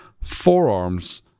forearms